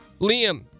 Liam